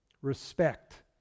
Respect